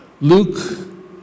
Luke